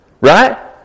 Right